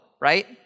right